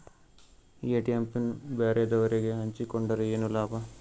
ATM PIN ಬ್ಯಾರೆದವರಗೆ ಹಂಚಿಕೊಂಡರೆ ಏನು ಲಾಭ?